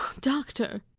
Doctor